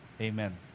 Amen